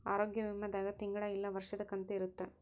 ಆರೋಗ್ಯ ವಿಮೆ ದಾಗ ತಿಂಗಳ ಇಲ್ಲ ವರ್ಷದ ಕಂತು ಇರುತ್ತ